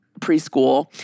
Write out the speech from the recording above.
preschool